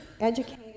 educated